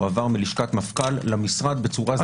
הועבר מלשכת מפכ"ל למשרד בצורה סדורה.